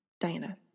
Diana